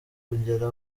kongera